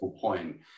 point